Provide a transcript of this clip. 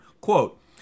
Quote